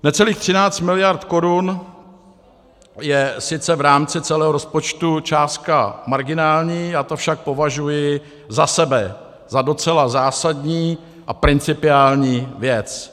Necelých 13 miliard korun je sice v rámci celého rozpočtu částka marginální, já to však považuji za sebe za docela zásadní a principiální věc.